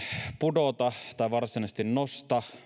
pudota tai varsinaisesti nosta